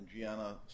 Gianna